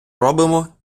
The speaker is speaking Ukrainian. робимо